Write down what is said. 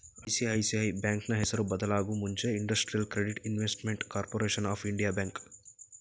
ICICI ಬ್ಯಾಂಕ್ನ ಹೆಸರು ಬದಲಾಗೂ ಮುಂಚೆ industrial credit investment corporation of India bank